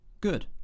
good